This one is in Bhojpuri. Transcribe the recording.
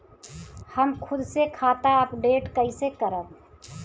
हम खुद से खाता अपडेट कइसे करब?